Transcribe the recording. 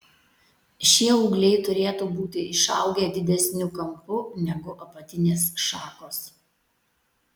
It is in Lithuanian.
šie ūgliai turėtų būti išaugę didesniu kampu negu apatinės šakos